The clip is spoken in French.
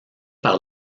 par